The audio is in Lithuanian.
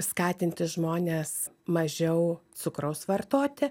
skatinti žmones mažiau cukraus vartoti